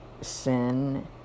sin